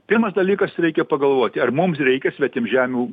pirmas dalykas reikia pagalvoti ar mums reikia svetimžemių